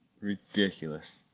ridiculous